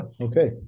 okay